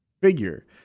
figure